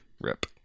Rip